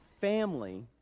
family